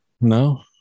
No